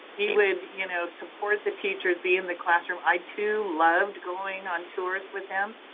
he would you know, support the teacher, be in the classroom. i too loved going on tours with him.